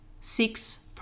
Six